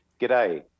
G'day